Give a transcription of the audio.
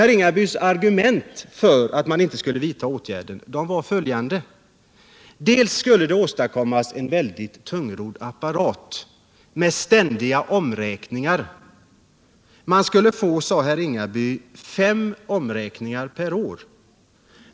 Herr Ringabys argument för att man inte skulle vidta åtgärder var följande. Det skulle åstadkomma en väldigt tungrodd apparat med ständiga omräkningar. Man skulle få, sade herr Ringaby, fem omräkningar per år.